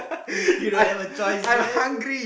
you don't have a choice man